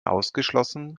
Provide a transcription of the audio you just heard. ausgeschlossen